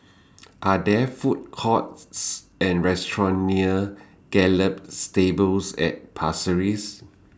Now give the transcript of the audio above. Are There Food Courts Or restaurants near Gallop Stables At Pasir Ris